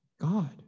God